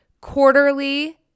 quarterly